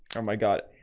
oh my god,